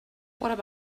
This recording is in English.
what